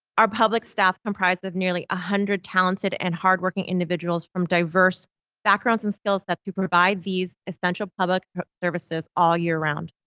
our public staff comprised of nearly one ah hundred talented and hardworking individuals from diverse backgrounds and skill sets to provide these essential public services all year round.